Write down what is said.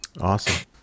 awesome